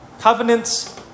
covenants